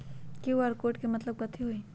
QR code के मतलब कथी होई?